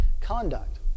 Conduct